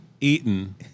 Eaton